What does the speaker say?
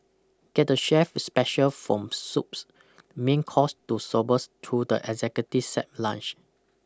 get the chef's special from soups main course to sorbets through the executive set lunch